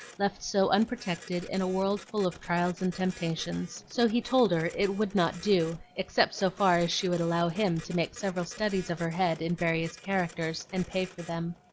left so unprotected in a world full of trials and temptations. so he told her it would not do, except so far as she would allow him to make several studies of her head in various characters and pay for them.